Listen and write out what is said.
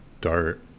dart